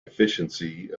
efficiency